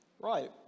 right